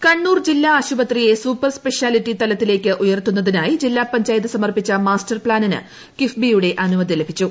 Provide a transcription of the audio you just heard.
അനുമതി കണ്ണൂർ ജില്ലാ ആശുപത്രിയെ സൂപ്പർ സ്പ്പ്ഷ്യാലിറ്റി തലത്തിലേക്ക് ഉയർത്തുതിനായി ജില്ലാ പഞ്ചായത്ത് സ്മർപ്പിച്ച മാസ്റ്റർ പ്ലാനിന് കിഫ്ബി യുടെ അനുമതി ലഭിച്ചു